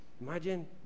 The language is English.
Imagine